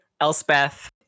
elspeth